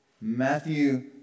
Matthew